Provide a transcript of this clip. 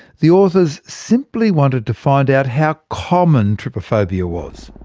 the authors simply wanted to find out how common trypophobia was.